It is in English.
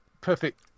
perfect